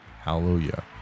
Hallelujah